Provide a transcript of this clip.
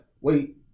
wait